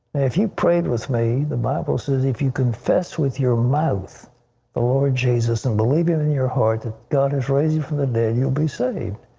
if you prayed with me the bible says if you confess with your mouth the lord jesus and believe in and your heart that god has raised him from the dead you will be saved.